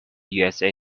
usa